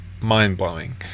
mind-blowing